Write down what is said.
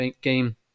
game